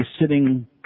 sitting